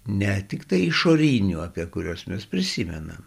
ne tiktai išorinių apie kuriuos mes prisimenam